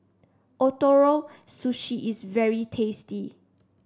Ootoro Sushi is very tasty